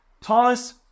Thomas